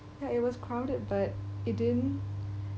ya it was crowded but it didn't